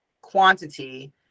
quantity